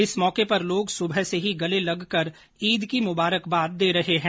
इस मौके पर लोग सुबह से ही गले लगकर ईद की मुबारकबाद दे रहे है